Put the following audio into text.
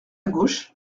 gauche